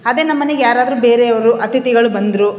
ಅದೆ ನಮ್ಮ ಮನೆಗೆ ಯಾರಾದರು ಬೇರೆಯವರು ಅಥಿತಿಗಳು ಬಂದರು